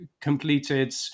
completed